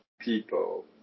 people